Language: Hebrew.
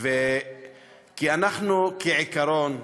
כי אנחנו, כעיקרון,